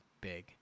big